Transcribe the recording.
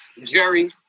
Jerry